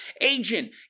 Agent